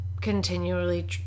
continually